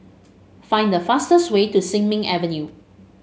find the fastest way to Sin Ming Avenue